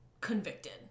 convicted